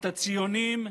את הציונים,